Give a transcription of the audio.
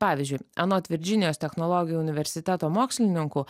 pavyzdžiui anot virdžinijos technologijų universiteto mokslininkų